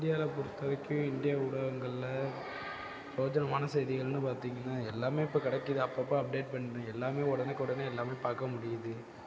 இந்தியாவில் பொறுத்த வரைக்கும் இந்தியா ஊடகங்களில் பிரோஜனமான செய்திகள்னு பார்த்திங்கன்னா எல்லாமே இப்போ கிடைக்கிது அப்போ அப்போ அப்டேட் பண்ணி எல்லாமே உடனுக்குடனே எல்லாமே பார்க்க முடியிது